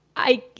i,